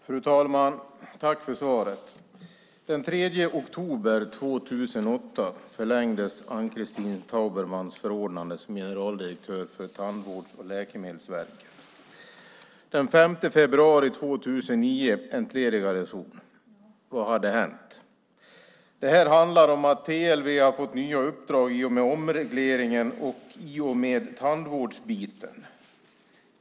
Fru talman! Jag vill börja med att tacka statsrådet för svaret. Den 3 oktober 2008 förlängdes Ann-Christin Taubermans förordnande som generaldirektör för Tandvårds och läkemedelsförmånsverket. Den 5 februari 2009 entledigades hon. Vad hade hänt? "Det här handlar om att TLV har fått nya uppdrag i och med omregleringen och i och med tandvårdsbiten.